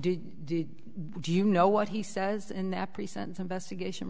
did do you know what he says in the present investigation